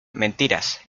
mentiras